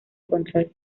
control